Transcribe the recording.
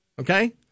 okay